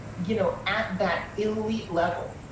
you know at that elite level.